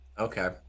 okay